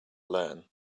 learn